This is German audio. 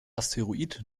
asteroid